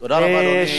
תודה רבה, אדוני.